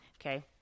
okay